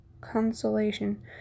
consolation